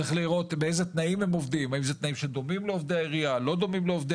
צריך לראות אם התנאים שבהם הם עובדים דומים לעובדי העירייה או לא.